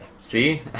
See